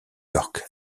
york